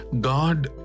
God